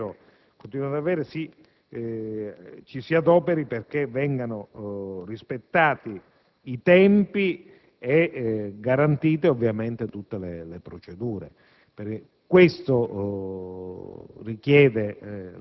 il suo Ministero, continua ad avere ci si adoperi perché vengano rispettati i tempi e garantite ovviamente tutte le procedure.